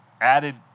added